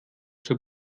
zur